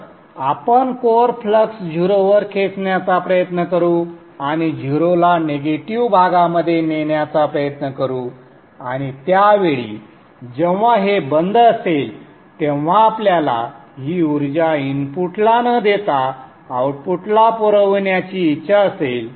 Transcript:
तर आपण core flux 0 वर खेचण्याचा प्रयत्न करू आणि 0 ला निगेटिव्ह भागामध्ये नेण्याचा प्रयत्न करू आणि त्या वेळी जेव्हा हे बंद असेल तेव्हा आपल्याला ही ऊर्जा इनपुटला न देता आउटपुटला पुरवण्याची इच्छा असेल